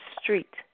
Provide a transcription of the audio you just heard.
Street